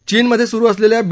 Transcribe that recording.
चीनमधे सुरु असलेल्या वी